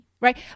right